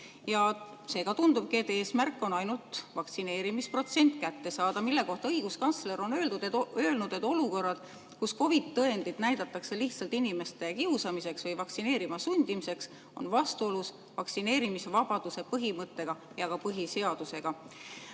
Seega tundubki, et eesmärk on ainult vaktsineerimisprotsent kätte saada, mille kohta õiguskantsler on öelnud, et olukorrad, kus COVID‑tõendit tuleb näidata lihtsalt inimeste kiusamiseks või vaktsineerima sundimiseks, on vastuolus vaktsineerimisvabaduse põhimõttega ja ka põhiseadusega.